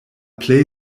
plej